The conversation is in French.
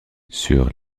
sur